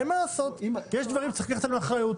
אין מה לעשות, יש דברים שצריך לקחת עליהם אחריות.